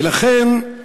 ולכן,